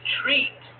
treat